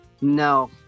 No